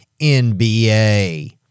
NBA